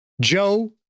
Joe